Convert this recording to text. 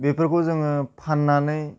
बेफोरखौ जोङो फान्नानै